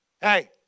Hey